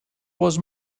was